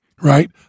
right